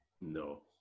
No